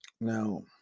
Now